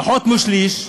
פחות משליש,